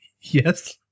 Yes